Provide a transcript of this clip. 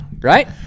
Right